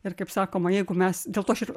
ir kaip sakoma jeigu mes dėl to aš ir